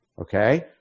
Okay